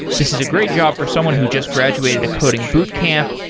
this is a great job for someone who just graduated a coding bootcamp,